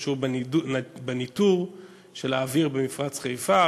שקשור בניטור של האוויר במפרץ חיפה,